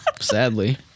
Sadly